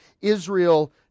Israel